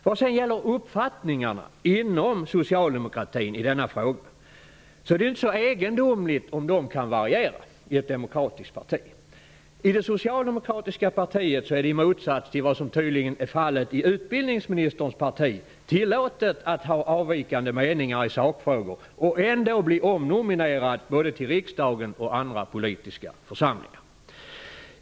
Det är inte så egendomligt att uppfattningarna i denna fråga varierar inom ett demokratiskt parti som Socialdemokraterna. I det socialdemokratiska partiet är det -- i motsats till vad som tydligen är fallet i utbildningsministerns parti -- tillåtet att ha avvikande meningar i sakfrågor och ändå bli omnominerad både till riksdagen och andra politiska församlingar.